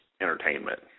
entertainment